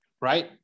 right